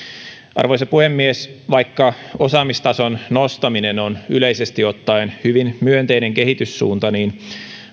arvoisa puhemies vaikka osaamistason nostaminen on yleisesti ottaen hyvin myönteinen kehityssuunta niin